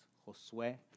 Josué